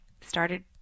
started